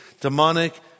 demonic